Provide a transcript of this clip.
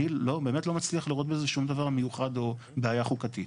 אני באמת לא מצליח לראות בזה שום דבר מיוחד או בעיה חוקתית.